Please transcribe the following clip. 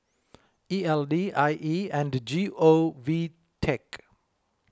E L D I E and G O V Tech